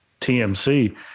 TMC